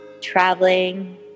traveling